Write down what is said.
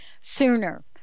sooner